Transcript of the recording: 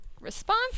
response